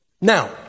Now